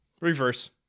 Reverse